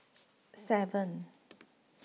seven